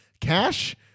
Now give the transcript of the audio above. Cash